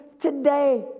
today